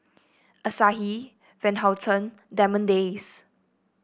Asahi Van Houten Diamond Days